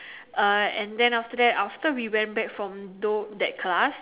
uh and then after that after we went back from do that class